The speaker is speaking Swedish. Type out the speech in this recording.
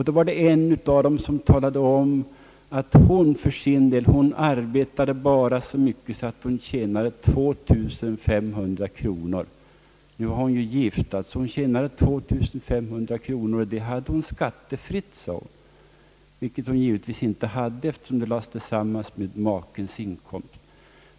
Då var det en av dem som talade om att hon för sin del bara arbetade så mycket att hon tjänade 2500 kronor om året. Hon är gift. Hon sade att dessa 2 500 kronor var skattefria, men det är de givetvis inte, eftersom de läggs tillsammans med makens inkomst.